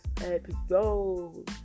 episode